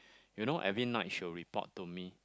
you know every night she will report to me